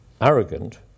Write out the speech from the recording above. arrogant